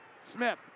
Smith